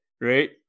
right